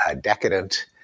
decadent